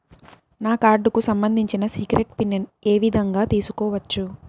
నా కార్డుకు సంబంధించిన సీక్రెట్ పిన్ ఏ విధంగా తీసుకోవచ్చు?